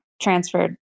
transferred